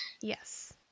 Yes